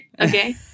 Okay